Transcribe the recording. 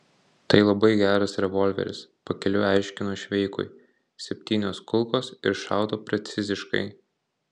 tai labai geras revolveris pakeliui aiškino šveikui septynios kulkos ir šaudo preciziškai